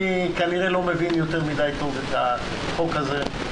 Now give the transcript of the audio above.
כנראה לא מבין יותר מדי טוב את החוק הזה,